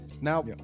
now